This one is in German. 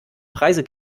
preise